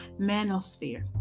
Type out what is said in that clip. Manosphere